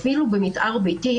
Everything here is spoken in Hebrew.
אפילו במתאר ביתי,